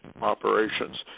operations